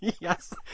Yes